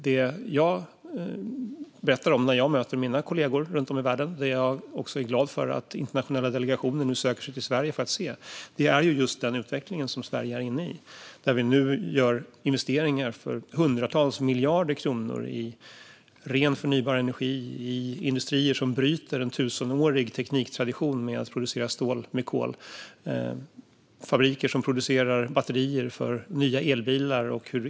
Det jag berättar om när jag möter mina kollegor runt om i världen, och som jag också är glad att internationella delegationer nu söker sig till Sverige för att se, är just den utveckling som Sverige är inne i där vi gör investeringar på hundratals miljarder kronor i ren förnybar energi, i industrier som bryter en tusenårig tekniktradition att producera stål med kol och i fabriker som producerar batterier för nya elbilar.